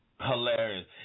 Hilarious